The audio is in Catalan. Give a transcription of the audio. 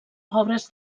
obres